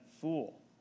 fool